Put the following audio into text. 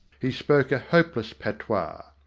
he spoke a hopeless patois.